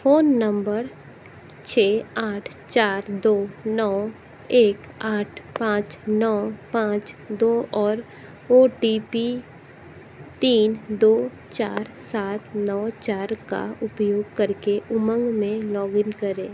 phone number छः आठ चार दो नौ एक आठ पाँच नौ पाँच दो और ओ टी पी तीन दो चार सात नौ चार का उपयोग करके उमंग में लॉग इन करें